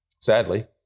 Sadly